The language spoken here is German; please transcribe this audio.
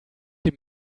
dem